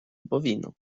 bovino